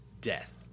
death